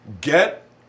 get